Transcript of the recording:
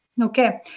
Okay